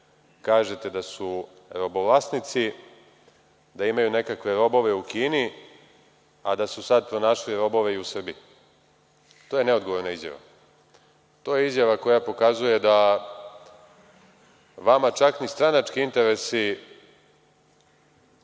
kažete da su robovlasnici, da imaju nekakve robove u Kini, a da su sada pronašli robove i u Srbiji. To je neodgovorna izjava. To je izjava koja pokazuje da vama čak ni stranački interesi,